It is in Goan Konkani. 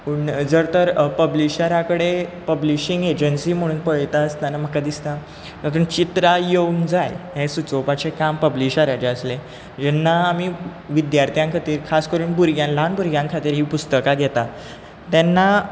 पूण जर तर पब्लीशरा कडेन पब्लीशींग एजंसी म्हूण पळयता आसतना म्हाका दिसता तातूंत चित्रां येवंक जाय हें सुचोवपाचें काम पब्लीशराचें आसलें जेन्ना आमी विद्यार्थ्यां खातीर खास करून भुरग्यां खातीर ल्हान भुरग्यां खातीर हीं पुस्तकां घेतात तेन्ना